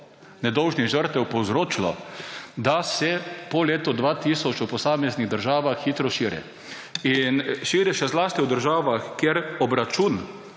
nedolžnih žrtev, po letu 2000 v posameznih državah hitro širi, širi še zlasti v državah, kjer obračun